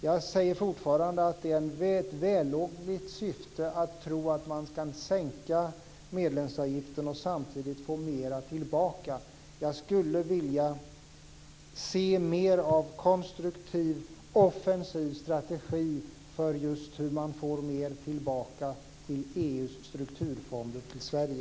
Jag säger fortfarande att det är ett vällovligt syfte att tro att man skall sänka medlemsavgiften och samtidigt få mer tillbaka. Jag skulle vilja se mer av konstruktiv offensiv strategi för just hur man får mer tillbaka ur EU:s strukturfonder till Sverige.